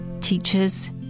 teachers